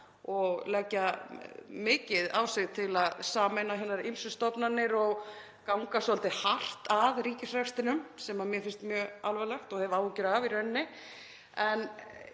og leggja mikið á sig til að sameina hinar ýmsu stofnanir og ganga svolítið hart að ríkisrekstrinum, sem mér finnst mjög alvarlegt og hef í raun